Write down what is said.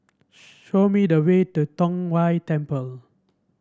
show me the way to Tong Whye Temple